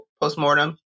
postmortem